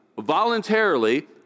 voluntarily